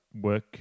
work